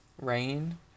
rain